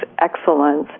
excellence